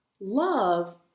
love